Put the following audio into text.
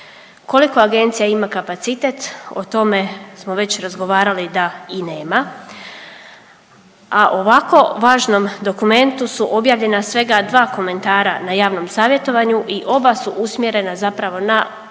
Koliko agencija ima kapacitet o tome smo već razgovarali da i nema, a o ovako važnom dokumentu su objavljena svega dva komentara na javnom savjetovanju i oba su usmjerena zapravo na